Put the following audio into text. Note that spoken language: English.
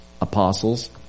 apostles